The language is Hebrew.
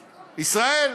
ישראל.